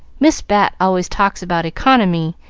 miss bat always talks about economy,